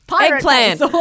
Eggplant